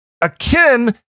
akin